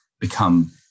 become